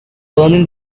burning